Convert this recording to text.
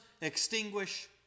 extinguish